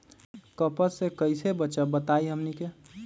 कपस से कईसे बचब बताई हमनी के?